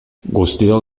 guztiok